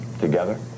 together